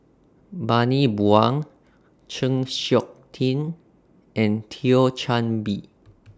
Bani Buang Chng Seok Tin and Thio Chan Bee